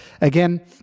Again